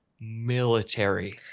military